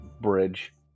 bridge